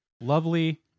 lovely